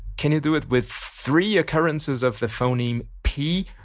can you do with with three occurrences of the phoneme p?